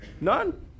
None